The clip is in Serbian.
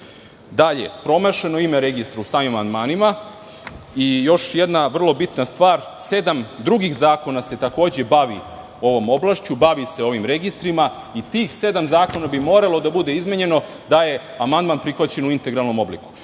urađeno? Promašeno je ime registra u samim amandmanima. Još jedna bitna stvar, sedam drugih bitnih zakona se takođe bavi ovom oblašću, bavi se ovim registrima i tih sedam zakona bi moralo da bude izmenjeno da je amandman prihvaćen u integralnom obliku.